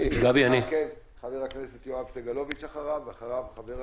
חבר הכנסת יואב סגלוביץ', בבקשה.